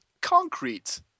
concrete